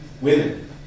women